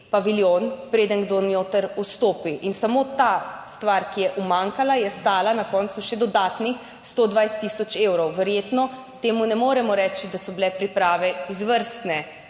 Paviljon, preden kdo noter vstopi in samo ta stvar, ki je umanjkala, je stala na koncu še dodatnih 120 tisoč evrov. Verjetno temu ne moremo reči, da so bile priprave izvrstne